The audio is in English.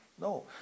No